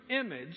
image